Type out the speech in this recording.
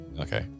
Okay